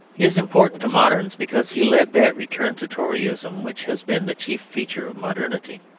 he is important to moderns because he led that return to toryism which has been the chief feature of modernity,